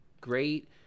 great